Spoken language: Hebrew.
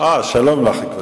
שלום לך, גברתי.